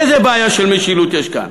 איזו בעיה של משילות יש כאן?